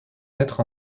naître